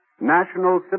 National